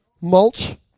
Mulch